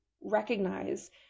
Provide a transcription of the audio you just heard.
recognize